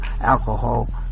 alcohol